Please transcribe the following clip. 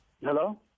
Hello